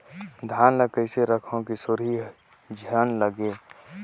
धान ल कइसे रखव कि सुरही झन लगे?